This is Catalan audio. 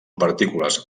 partícules